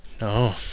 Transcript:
No